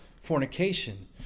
fornication